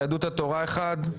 יהדות התורה אחד,